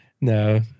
No